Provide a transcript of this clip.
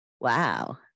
wow